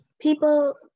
people